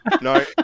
No